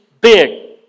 big